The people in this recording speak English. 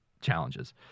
challenges